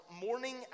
morning